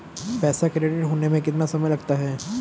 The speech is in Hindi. पैसा क्रेडिट होने में कितना समय लगता है?